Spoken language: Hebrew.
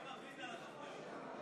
מי מחליט על התוכניות?